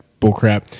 bullcrap